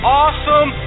awesome